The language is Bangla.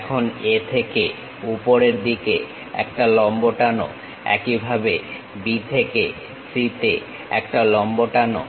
এখন A থেকে উপরের দিকে একটা লম্ব টানো একইভাবে B থেকে C তে একটা লম্ব টানো